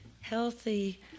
healthy